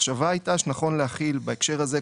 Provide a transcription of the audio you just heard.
המחשבה הייתה שנכון להחיל בהקשר הזה,